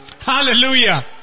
Hallelujah